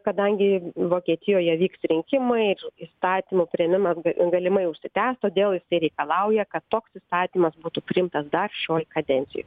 kadangi vokietijoje vyks rinkimai įstatymo priėmimas ga galimai užsitęs todėl jisai reikalauja kad toks įstatymas būtų priimtas dar šioj kadencijoj